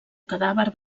cadàver